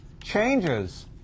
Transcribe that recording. changes